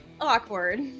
awkward